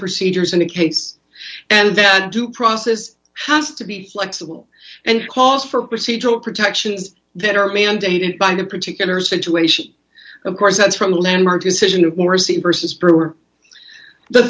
procedures and a case and that due process has to be flexible and cause for procedural protections that are mandated by the particular situation of course that's from the landmark decision of morrissey versus brewer the